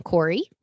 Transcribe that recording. Corey